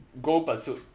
go pursuit